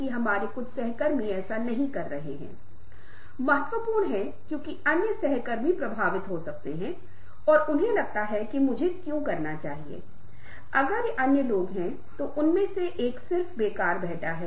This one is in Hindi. अब नैतिकता जो कि बहुत ही महत्वपूर्ण है ज्यादातर काम में कुछ महत्वपूर्ण होता है जिसे हम कभी नहीं छू सकते हैं हालांकि यह एक बहुत ही महत्वपूर्ण घटक है